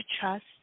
trust